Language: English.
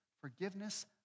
forgiveness